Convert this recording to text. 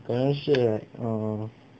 可能是 like err